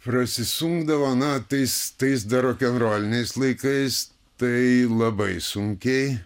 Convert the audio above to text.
prasisunkdavo na tais tais dar rokenroliniais laikais tai labai sunkiai